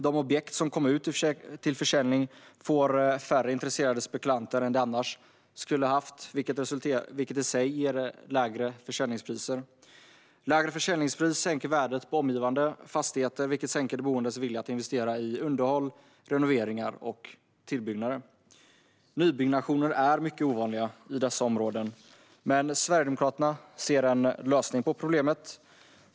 De objekt som kommer ut till försäljning får färre intresserade spekulanter än de annars skulle ha haft, vilket i sig ger ett lägre försäljningspris. Lägre försäljningspris sänker värdet på omgivande fastigheter, vilket sänker de boendes vilja att investera i underhåll, renoveringar och tillbyggnader. Nybyggnationer är mycket ovanliga i dessa områden. Sverigedemokraterna ser en lösning på problemet.